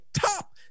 top